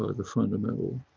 like the fundamental